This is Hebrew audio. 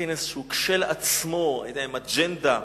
כנס שהוא כשלעצמו עם אג'נדה,